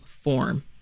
form